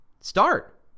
start